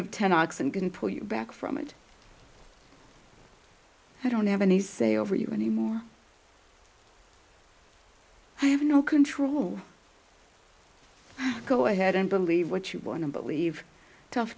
of ten oxen going to pull you back from it i don't have any say over you any more i have no control go ahead and believe what you want to believe tough